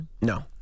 No